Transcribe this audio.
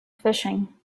fishing